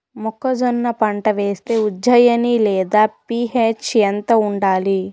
మొక్కజొన్న పంట వేస్తే ఉజ్జయని లేదా పి.హెచ్ ఎంత ఉండాలి?